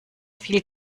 viel